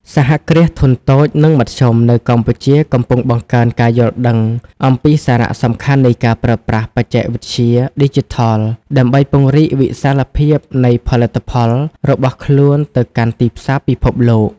សហគ្រាសធុនតូច និងមធ្យមនៅកម្ពុជាកំពុងបង្កើនការយល់ដឹងអំពីសារៈសំខាន់នៃការប្រើប្រាស់បច្ចេកវិទ្យាឌីជីថលដើម្បីពង្រីកវិសាលភាពនៃផលិតផលរបស់ខ្លួនទៅកាន់ទីផ្សារពិភពលោក។